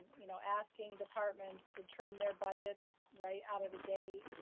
you know, asking departments to trim their budgets right out of the gate.